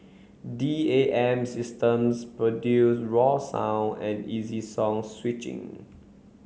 D A M systems produce raw sound and easy song switching